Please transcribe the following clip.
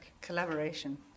Collaboration